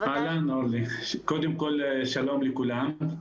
אהלן אורלי, קודם כל שלום לכולם,